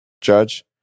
Judge